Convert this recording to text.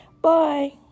Bye